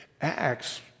Acts